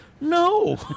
No